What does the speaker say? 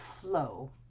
flow